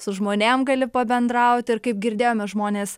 su žmonėm gali pabendrauti ir kaip girdėjome žmonės